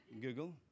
Google